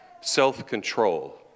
self-control